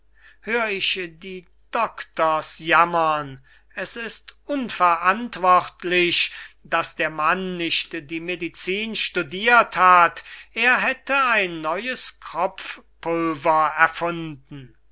hör ich die doktors jammern es ist unverantwortlich daß der mann nicht die medizin studirt hat er hätte ein neues kropfpulver erfunden